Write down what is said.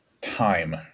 time